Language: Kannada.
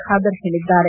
ಖಾದರ್ ಹೇಳಿದ್ದಾರೆ